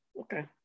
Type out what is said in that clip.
Okay